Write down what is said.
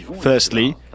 Firstly